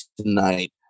tonight